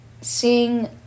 seeing